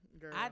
girl